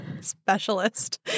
specialist